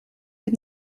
des